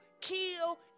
kill